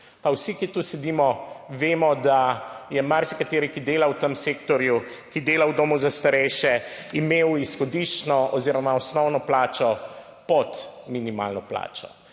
pa vsi, ki tu sedimo, vemo, da je marsikateri, ki dela v tem sektorju, ki dela v domu za starejše, imel izhodiščno oziroma osnovno plačo pod minimalno plačo,